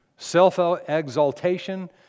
self-exaltation